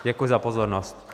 Děkuji za pozornost.